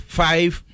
five